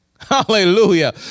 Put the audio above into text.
Hallelujah